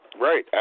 Right